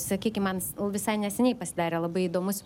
sakykim man visai neseniai pasidarė labai įdomus